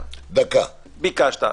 ביקשת.